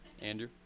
Andrew